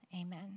amen